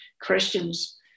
Christians